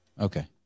okay